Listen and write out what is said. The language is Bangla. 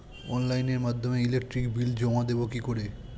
অনলাইনের মাধ্যমে ইলেকট্রিক বিল জমা দেবো কি করে?